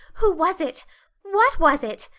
who was it what was it?